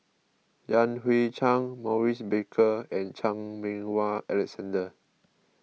Yan Hui Chang Maurice Baker and Chan Meng Wah Alexander